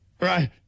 Right